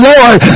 Lord